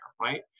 right